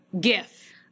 gif